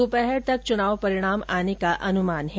दोपहर तक चुनाव परिणाम आने का अनुमान है